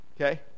okay